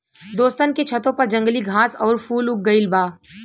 दोस्तन के छतों पर जंगली घास आउर फूल उग गइल बा